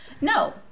No